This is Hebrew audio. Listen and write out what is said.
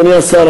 אדוני השר,